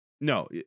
no